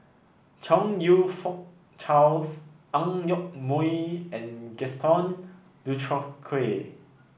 Chong You Fook Charles Ang Yoke Mooi and Gaston Dutronquoy